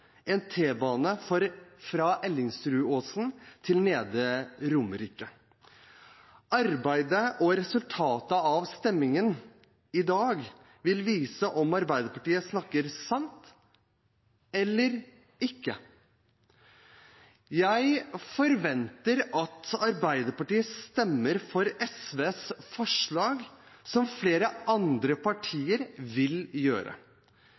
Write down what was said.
en T-bane fra Ellingsrudåsen til Nedre Romerike. Resultatet av avstemningen vil vise om Arbeiderpartiet snakker sant eller ikke. Jeg forventer at Arbeiderpartiet stemmer for SVs forslag, slik flere andre partier vil gjøre.